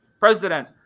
President